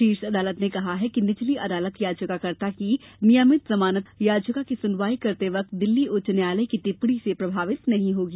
शीर्ष अदालत ने कहा कि निचली अदालत याचिकाकर्ता की नियमित जमानत याचिका की सुनवाई करते वक़्त दिल्ली उच्च न्यायालय की टिप्पणी से प्रभावित नहीं होगी